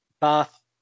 Bath